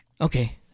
okay